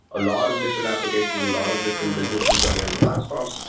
a lot of different applications, a lot of different businesses running on the platform,